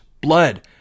blood